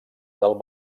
del